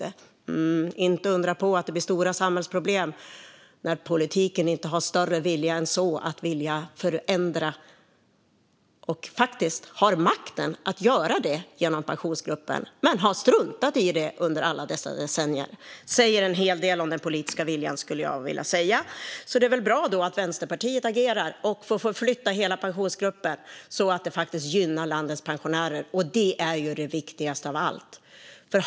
Det är inte undra på att det blir stora samhällsproblem när politiken inte har större vilja än så att förändra och faktiskt har makten att göra det genom Pensionsgruppen. Men man har struntat i det under alla dessa decennier. Det säger en hel del om den politiska viljan, skulle jag vilja säga. Det är väl bra att Vänsterpartiet agerar och förflyttar hela Pensionsgruppen så att det faktiskt gynnar landets pensionärer. Det är det viktigaste av allt.